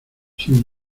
sin